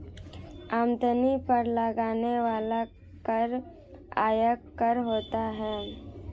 आमदनी पर लगने वाला कर आयकर होता है